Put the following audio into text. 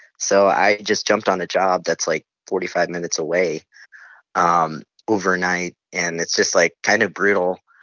so i just jumped on the job that's, like, forty five minutes away um overnight. and it's just, like, kind of brutal,